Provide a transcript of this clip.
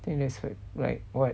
think that's like right what